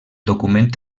document